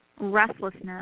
restlessness